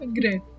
Great